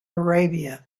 arabia